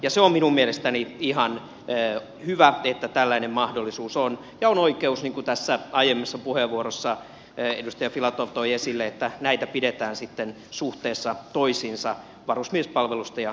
se on minun mielestäni ihan hyvä että tällainen mahdollisuus on ja on oikeus niin kuin aiemmassa puheenvuorossa edustaja filatov toi esille että näitä pidetään suhteessa toisiinsa varusmiespalvelusta ja siviilipalvelusta